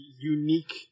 unique